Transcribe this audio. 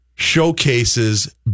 showcases